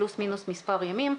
פלוס מינוס מספר ימים,